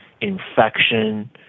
infection